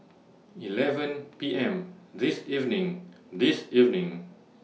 eleven P M This evening This evening